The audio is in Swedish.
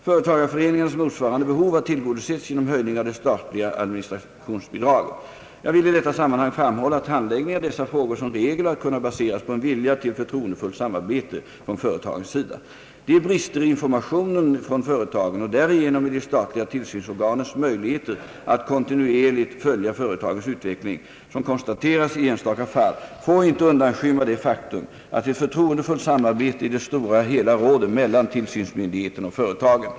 Företagareföreningarnas motsvarande behov har tillgodosetts genom höjning av det statliga administrationsbidraget. Jag vill i detta sammanhang framhålla att handläggningen av dessa frågor som regel har kunnat baseras på en vilja till förtroendefullt samarbete från företagens si da. De brister i informationen från företagen och därigenom i de statliga tillsynsorganens möjligheter att kontinuerligt följa företagens utveckling, som konstaterats i enstaka fall, får inte undanskymma det faktum att ett förtroendefullt samarbete i det stora hela råder mellan tillsynsmyndigheterna och företagen.